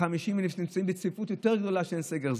ו-50,000 איש שנמצאים בצפיפות יותר גדולה של סגר,